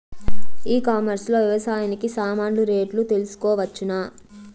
ఈ కామర్స్ లో వ్యవసాయానికి సామాన్లు రేట్లు తెలుసుకోవచ్చునా?